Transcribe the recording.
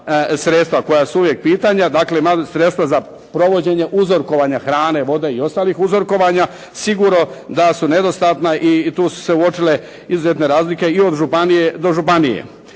sredstva koja su uvijek pitanja. Dakle, sredstva za provođenje uzorkovanja hrane, vode i ostalih uzorkovanja sigurno da su nedostatna i tu su se uočile izuzetne razlike i od županije do županije.